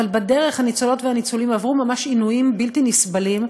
אבל בדרך הניצולות והניצולים עברו עינויים בלתי נסבלים,